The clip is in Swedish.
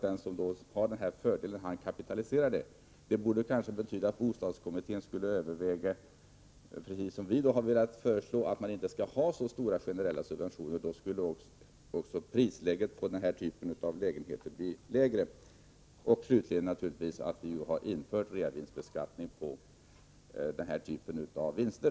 Den som har den här förmånen kapitaliserar sedan det hela. Kanske borde således bostadsrättskommittén överväga, precis som vi föreslagit, om det skall vara så här stora subventioner. Om subventionerna inte är så stora, skulle ju priset på denna typ av lägenheter bli lägre. Slutligen vill jag bara påminna om att reavinstbeskattning redan har införts på den här typen av vinster.